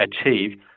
achieve